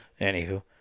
Anywho